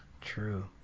True